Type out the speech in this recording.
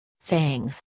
fangs